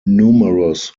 numerous